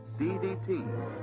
CDT